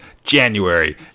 January